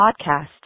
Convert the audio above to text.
Podcast